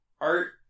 art